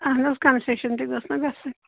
اَہَن حظ کَنسیشَن تہِ گٔژھ نا گژھٕنۍ